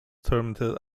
terminated